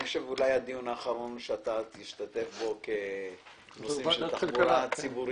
אני חושב שזה אולי הדיון האחרון שתשתתף בו בנושאים של תחבורה ציבורית.